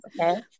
okay